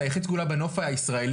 אתה יחיד סגולה בנוף הישראלי,